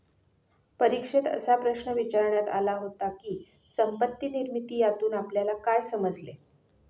परीक्षेत असा प्रश्न विचारण्यात आला होता की, संपत्ती निर्मिती यातून आपल्याला काय समजले?